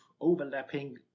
overlapping